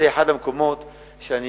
זה אחד המקומות שאני